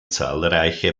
zahlreiche